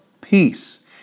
peace